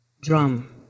drum